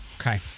Okay